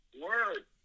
Word